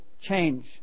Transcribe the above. change